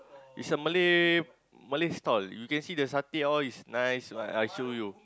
is a Malay Malay stall you can see the satay all is nice I know you